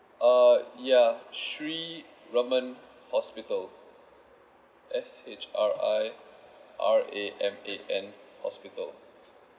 uh yeah sri raman hospital S H R I R A M A N hospital